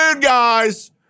guys